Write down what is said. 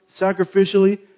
sacrificially